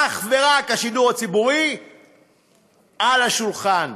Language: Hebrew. אך ורק השידור הציבורי על השולחן,